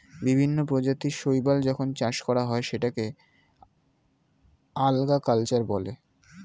বিভিন্ন প্রজাতির শৈবাল যখন চাষ করা হয় সেটাকে আল্গা কালচার বলে